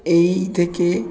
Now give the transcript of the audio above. এই থেকে